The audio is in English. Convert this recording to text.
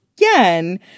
Again